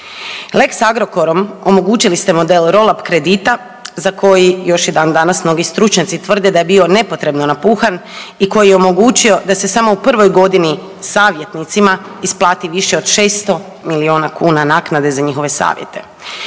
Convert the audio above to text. Lex Agrokorom omogućili ste model rool up kredita za koji još i dan danas mnogi stručnjaci tvrde da je bio nepotrebno napuhan i koji je omogućio da se samo u prvoj godini savjetnicima isplati više od 600 milijuna kuna naknade za njihove savjete.